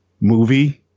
movie